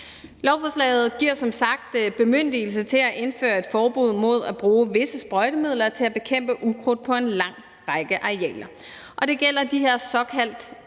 Lovforslaget giver som sagt bemyndigelse til at indføre et forbud mod at bruge visse sprøjtemidler til at bekæmpe ukrudt på en lang række arealer. Det gælder de her såkaldt